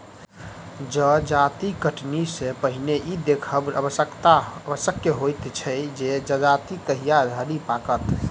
जजाति कटनी सॅ पहिने ई देखब आवश्यक होइत छै जे जजाति कहिया धरि पाकत